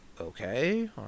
okay